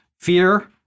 fear